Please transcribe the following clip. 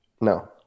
no